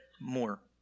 more